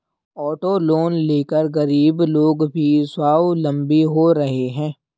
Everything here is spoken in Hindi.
ऑटो लोन लेकर गरीब लोग भी स्वावलम्बी हो रहे हैं